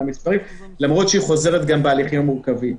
למרות שהיא חוזרת גם בהליכים המורכבים.